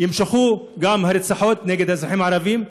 יימשכו הרציחות של האזרחים הערבים,